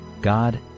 God